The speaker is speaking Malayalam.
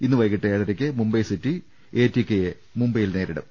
ഇന്ന് വൈകീട്ട് ഏഴരയ്ക്ക് മുംബൈസിറ്റി എടികെയെ മുംബൈയിൽ നേരിടും